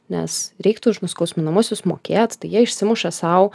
nes reiktų už nuskausminamuosius mokėt tai jie išsimuša sau